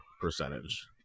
percentage